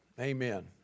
Amen